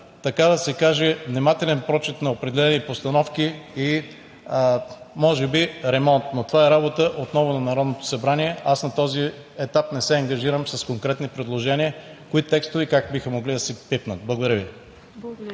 така да се каже, внимателен прочит на определени постановки и може би ремонт, но това е работа отново на Народното събрание. Аз на този етап не се ангажирам с конкретни предложения кои текстове и как биха могли да се пипнат. Благодаря Ви.